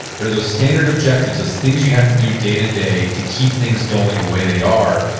there are those standard objectives, those things you have to do day to day, to keep things going the way they are.